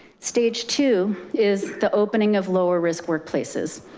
stage two is the opening of lower risk workplaces.